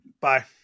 Bye